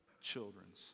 children's